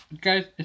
Guys